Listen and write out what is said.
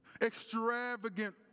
extravagant